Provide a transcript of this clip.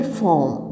form